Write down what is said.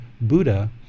buddha